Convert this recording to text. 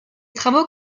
travaux